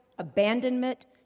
abandonment